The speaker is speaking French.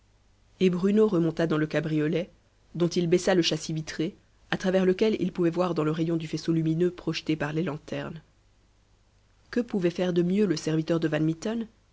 et bruno remonta dans le cabriolet dont il baissa le châssis vitré à travers lequel il pouvait voir dans le rayon du faisceau lumineux projeté par les lanternes que pouvait faire de mieux le serviteur de